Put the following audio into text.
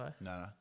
No